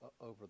over